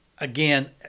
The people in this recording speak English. again